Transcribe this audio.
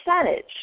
percentage